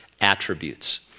attributes